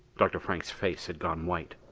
dr. frank's face had gone white.